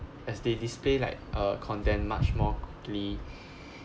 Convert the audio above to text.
as they display like a content much more quickly